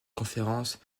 conférence